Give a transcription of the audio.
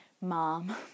mom